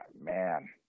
man